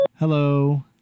Hello